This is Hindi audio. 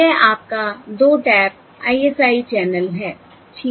यह आपका 2 टैप ISI चैनल है ठीक है